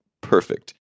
perfect